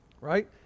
right